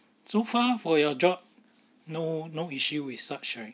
so far for your job no no issue with such right